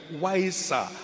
wiser